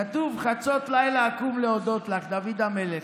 כתוב: "חצות לילה אקום להודות לך", דוד המלך.